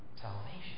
salvation